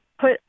put